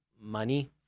money